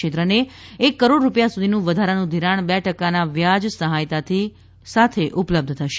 ક્ષેત્રને એક કરોડ ડુપિયા સુધીનું વધારાનું ઘિરાણ બે ટકાના વ્યાજ સહાયતાની સાથે ઉપલબ્ધ થશે